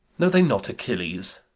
know they not achilles?